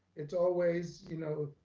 it's always you know,